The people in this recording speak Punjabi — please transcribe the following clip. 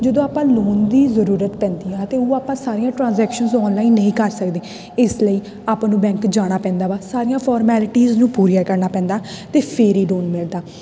ਜਦੋਂ ਆਪਾਂ ਲੋਨ ਦੀ ਜ਼ਰੂਰਤ ਪੈਂਦੀ ਆ ਅਤੇ ਉਹ ਆਪਾਂ ਸਾਰੀਆਂ ਟਰਾਂਜੈਕਸ਼ਨਸ ਔਨਲਾਈਨ ਨਹੀਂ ਕਰ ਸਕਦੇ ਇਸ ਲਈ ਆਪਾਂ ਨੂੰ ਬੈਂਕ ਜਾਣਾ ਪੈਂਦਾ ਵਾ ਸਾਰੀਆਂ ਫੋਰਮੈਲਿਟੀਜ਼ ਨੂੰ ਪੂਰੀਆਂ ਕਰਨਾ ਪੈਂਦਾ ਅਤੇ ਫਿਰ ਹੀ ਲੋਨ ਮਿਲਦਾ